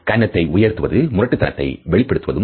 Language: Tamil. கன்னத்தை உயர்த்துவது முரட்டுத்தனத்தையும் வெளிப்படுத்தும்